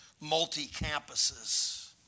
multi-campuses